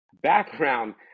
background